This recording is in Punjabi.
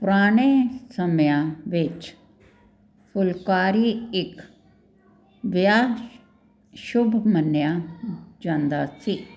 ਪੁਰਾਣੇ ਸਮਿਆਂ ਵਿੱਚ ਫੁਲਕਾਰੀ ਇੱਕ ਵਿਆਹ ਸ਼ੁਭ ਮੰਨਿਆ ਜਾਂਦਾ ਸੀ